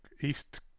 East